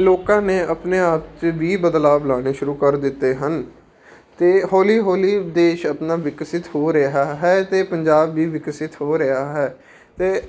ਲੋਕਾਂ ਨੇ ਆਪਣੇ ਆਪ 'ਚ ਵੀ ਬਦਲਾਵ ਲਿਆਉਣੇ ਸ਼ੁਰੂ ਕਰ ਦਿੱਤੇ ਹਨ ਅਤੇ ਹੌਲੀ ਹੌਲੀ ਦੇਸ਼ ਆਪਣਾ ਵਿਕਸਿਤ ਹੋ ਰਿਹਾ ਹੈ ਅਤੇ ਪੰਜਾਬ ਵੀ ਵਿਕਸਿਤ ਹੋ ਰਿਹਾ ਹੈ ਅਤੇ